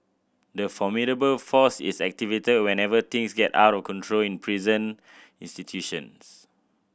the formidable force is activated whenever things get out of control in prison institutions